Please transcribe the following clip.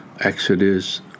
Exodus